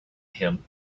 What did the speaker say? him